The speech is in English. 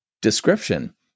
description